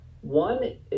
One